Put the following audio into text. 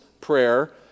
prayer